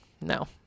No